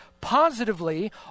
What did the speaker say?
positively